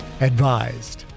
advised